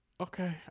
Okay